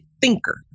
thinker